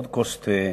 עוד כוס תה,